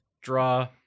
draw